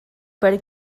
per